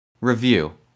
review